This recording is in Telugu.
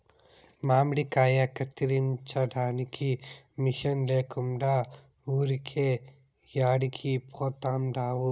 మామిడికాయ కత్తిరించడానికి మిషన్ లేకుండా ఊరికే యాడికి పోతండావు